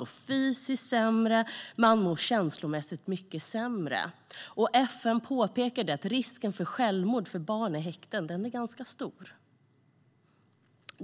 och fysiskt sämre, och de mår känslomässigt mycket sämre. FN påpekar att risken för självmord är ganska stor bland barn i häkte.